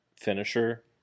finisher